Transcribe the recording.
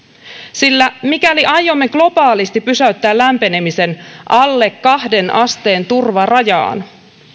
mikäli aiomme globaalisti pysäyttää lämpenemisen alle kahteen asteen turvarajaan sillä